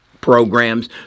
programs